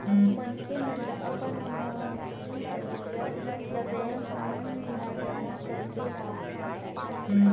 मनखे मन ल अपन नगदी पइया ल बेंक मन म जमा करके राखना चाही